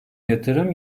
yatırım